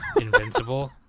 Invincible